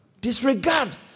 Disregard